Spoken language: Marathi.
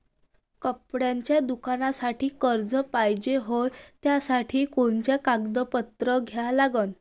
कपड्याच्या दुकानासाठी कर्ज पाहिजे हाय, त्यासाठी कोनचे कागदपत्र द्या लागन?